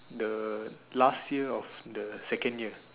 the last year of the second year